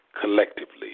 collectively